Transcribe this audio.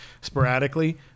sporadically